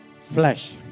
flesh